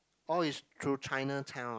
oh it's through Chinatown ah